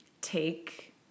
take